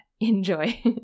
Enjoy